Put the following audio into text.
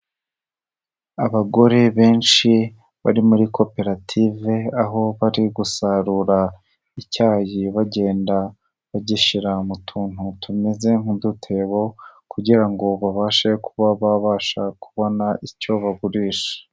Abagore benshi bari muri koperative, aho bari gusarura icyayi bagenda bagishyira mu tuntu tumeze nk'udutebo kugira ngo babashe kuba babasha kubona icyo bagurisha.